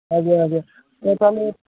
ଆଜ୍ଞା ଆଜ୍ଞା ତା'ହେଲେ